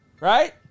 Right